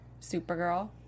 Supergirl